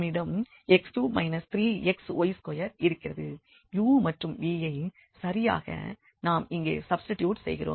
u மற்றும் v யை சரியாக நாம் இங்கே சப்ஸ்டிடியூட் செய்கிறோம்